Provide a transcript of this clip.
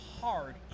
hard